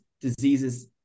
diseases